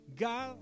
God